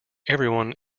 everyone